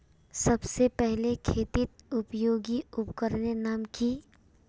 सबसे पहले खेतीत उपयोगी उपकरनेर नाम की?